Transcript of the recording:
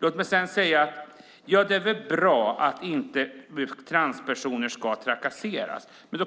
Det är väl bra att inte transpersoner ska trakasseras. Men